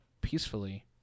peacefully